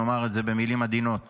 נאמר את זה במילים עדינות,